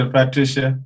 Patricia